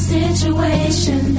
situation